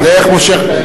הוא מושך בכבלים.